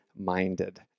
minded